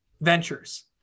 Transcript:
ventures